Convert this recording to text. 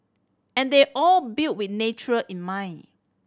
and they all built with nature in mind